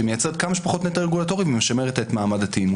שמייצרת כמה שפחות נטל רגולטורי ומשמרת את מעמד התאימות.